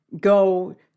go